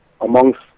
amongst